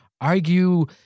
argue